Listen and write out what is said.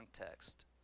context